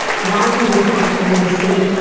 while he was secretary of state,